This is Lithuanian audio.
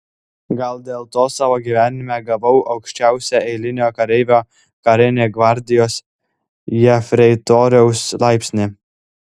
gal dėl to savo gyvenime gavau aukščiausią eilinio kareivio karinį gvardijos jefreitoriaus laipsnį